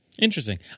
Interesting